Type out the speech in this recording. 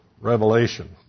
revelation